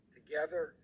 Together